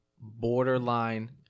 borderline